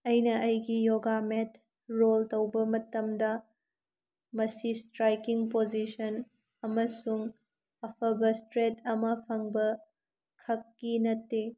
ꯑꯩꯅ ꯑꯩꯒꯤ yoga mat roll ꯇꯧꯕ ꯃꯇꯝꯗ ꯕꯁꯤꯁꯇ꯭ꯔꯥꯏꯀꯤꯡ ꯄꯣꯖꯤꯁꯟ ꯑꯃꯁꯨꯡ ꯑꯐꯕ ꯏꯁꯇꯔꯦꯠ ꯑꯃ ꯐꯪꯕ ꯈꯛꯀꯤ ꯅꯠꯇꯦ